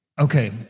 Okay